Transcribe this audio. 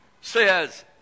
says